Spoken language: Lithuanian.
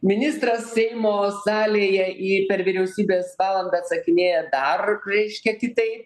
ministras seimo salėje į per vyriausybės valandą atsakinėja dar reiškia kitaip